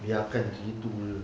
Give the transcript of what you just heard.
biarkan macam gitu jer